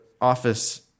office